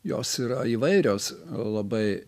jos yra įvairios labai